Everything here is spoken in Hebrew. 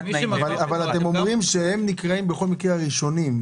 אבל אתם אומרים שהם נקראים בכל מקרה הראשונים,